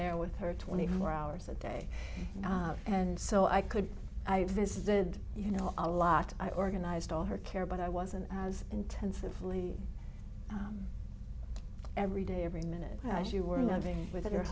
there with her twenty four hours a day and so i could i visited you know a lot i organized all her care but i wasn't as intensively every day every minute as you were